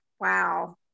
wow